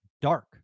dark